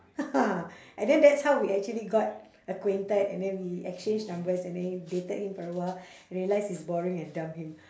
ha ha and then that's how we actually got acquainted and then we exchanged numbers and then dated him for a while realised he's boring and dump him